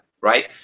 right